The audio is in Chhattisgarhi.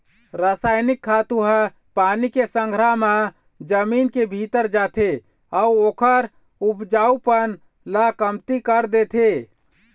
रसइनिक खातू ह पानी के संघरा म जमीन के भीतरी जाथे अउ ओखर उपजऊपन ल कमती कर देथे